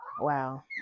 Wow